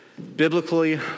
Biblically